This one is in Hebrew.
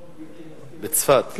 בצפת.